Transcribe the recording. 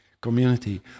community